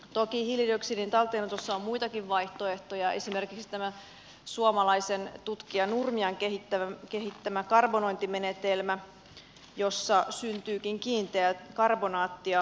toki hiilidioksidin talteenotossa on muitakin vaihtoehtoja esimerkiksi tämä suomalaisen tutkija nurmian kehittämä karbonointimenetelmä jossa syntyykin kiinteää karbonaattia maasälpäprosessissa